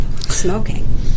smoking